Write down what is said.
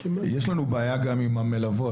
יש לנו בעיה גם עם המלוות,